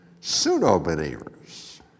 pseudo-believers